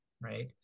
right